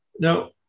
Now